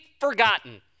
forgotten